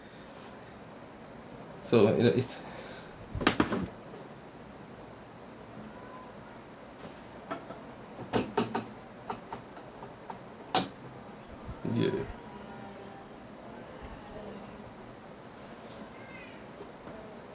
so you know it's ya